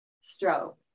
stroke